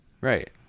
right